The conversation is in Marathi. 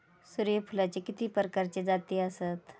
सूर्यफूलाचे किती प्रकारचे जाती आसत?